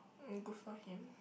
mm good for him